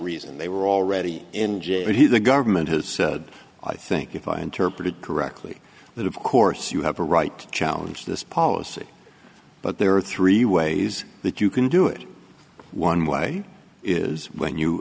reason they were already in jail but here the government has said i think if i interpreted correctly that of course you have a right to challenge this policy but there are three ways that you can do it one way is when you